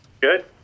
Good